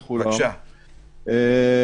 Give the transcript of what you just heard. ראשית,